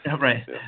Right